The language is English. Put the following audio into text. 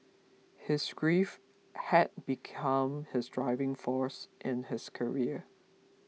his grief had become his driving force in his career